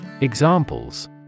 Examples